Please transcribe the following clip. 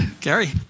Gary